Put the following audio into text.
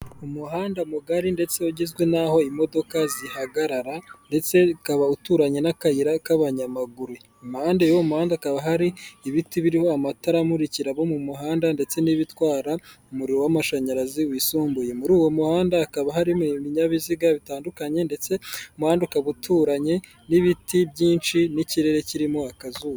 Umuhanda mugari ndetse ugizwe n'aho imodoka zihagarara ndetse ukaba uturanye n'akayira k'abanyamaguru. Impande y'uwo muhanda hakaba hari ibiti biriho amatara amurikira abo mu muhanda ndetse n'ibitwara umuriro w'amashanyarazi wisumbuye. Muri uwo muhanda hakaba harimo ibinyabiziga bitandukanye ndetse umuhanda ukaba uturanye n'ibiti byinshi n'ikirere kirimo akazuba.